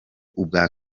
ubwa